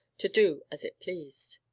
to do as it pleased.